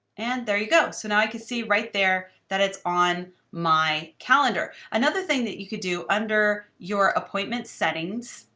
and there you go. so now i can see right there that it's on my calendar. another thing that you could do under your appointment settings,